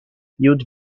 you’d